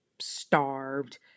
starved